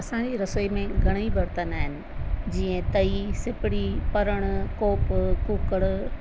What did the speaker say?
असांजी रसोई में घणा ई बर्तन आहिनि जीअं तई सिपड़ी परण कोप कूकड़